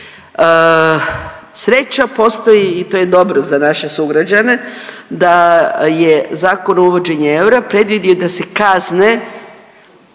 Sreća postoji i to je dobro za naše sugrađane da je Zakon o uvođenju eura predvidio da se kazne